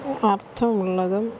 അർത്ഥമുള്ളതും